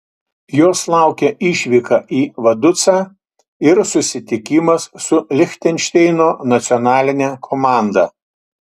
jos laukia išvyka į vaducą ir susitikimas su lichtenšteino nacionaline komanda